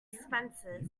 expenses